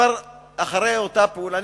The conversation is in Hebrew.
ואני